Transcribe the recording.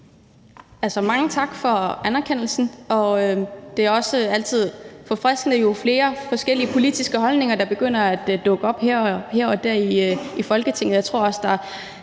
Mange tak for anerkendelsen, og jo flere forskellige politiske holdninger, der begynder at dukke op her og der i Folketinget,